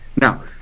Now